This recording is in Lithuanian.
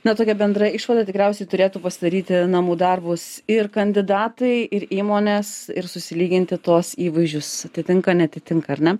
na tokia bendra išvada tikriausiai turėtų pasidaryti namų darbus ir kandidatai ir įmonės ir susilyginti tuos įvaizdžius atitinka neatitinka ar ne